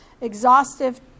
exhaustive